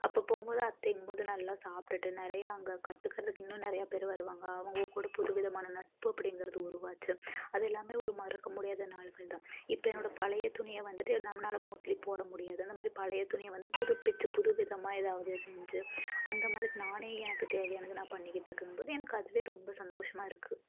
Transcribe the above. அப்போது போகும் போது அத்தைங்கும் போது நல்லா சாப்பிடுட்டு நிறையா அங்கே கற்றுக்கிறதுக்கு இன்னும் நிறையா பேர் வருவாங்க அவங்க கூட புது விதமான நட்பு அப்படிங்கிறது உருவாச்சு அது எல்லாமே ஒரு மறக்க முடியாத நாட்கள்தான் இப்போ என்னோடய பழைய துணியை வந்துட்டு நம்மனால மோஸ்ட்லி போட முடியாது அந்த மாதிரி பழைய துணியை வந்து புதுப்பிச்சு புது விதமாக எதாவது செஞ்சு அந்த மாதிரி நானே எனக்கு தேவையானதை நான் பண்ணிக்கிட்டு இருக்கங்கபோது எனக்கு அதுவே ரொம்ப சந்தோஷமாக இருக்குது